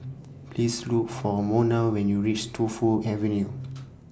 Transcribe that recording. Please Look For Monna when YOU REACH Tu Fu Avenue